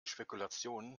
spekulationen